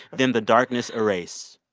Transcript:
then the darkness erase.